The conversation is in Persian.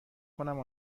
کنم